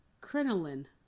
Crinoline